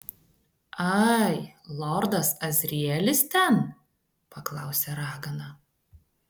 ai lordas asrielis ten paklausė ragana